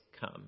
come